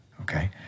okay